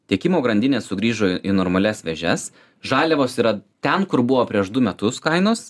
tiekimo grandinės sugrįžo į normalias vėžes žaliavos yra ten kur buvo prieš du metus kainos